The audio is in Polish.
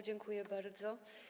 Dziękuję bardzo.